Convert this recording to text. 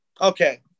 okay